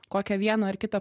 kokią vieną ar kitą